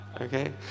Okay